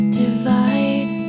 divide